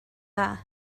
dda